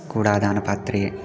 कुडाधानपात्रे